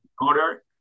order